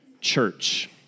church